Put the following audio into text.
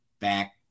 back